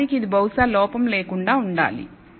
నిజానికి ఇది బహుశా లోపం లేకుండా ఉండాలి